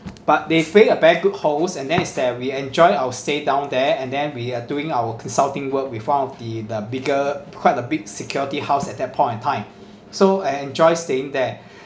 but they being a very good host and then is that we enjoy our stay down there and then we are doing our consulting work with one of the the bigger quite a big security house at that point of time so I enjoy staying there